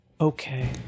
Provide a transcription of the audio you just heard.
okay